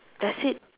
that's it